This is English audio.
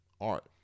art